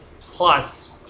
Plus